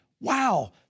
wow